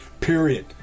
Period